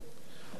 אדוני השר,